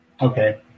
Okay